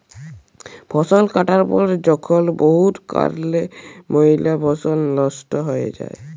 ফসল কাটার পর যখল বহুত কারলে ম্যালা ফসল লস্ট হঁয়ে যায়